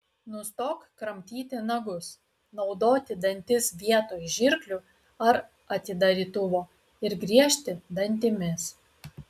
nustok kramtyti nagus naudoti dantis vietoj žirklių ar atidarytuvo ir griežti dantimis